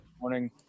morning